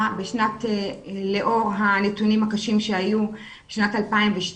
לאור הנתונים הקשים שהיו בשנת 2012,